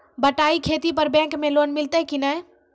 बटाई खेती पर बैंक मे लोन मिलतै कि नैय?